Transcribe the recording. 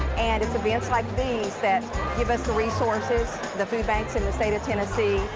and it's events like these that give us the resources, the food banks in the state of tennessee,